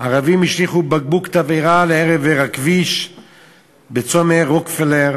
ערבים השליכו בקבוק תבערה לעבר הכביש בצומת רוקפלר,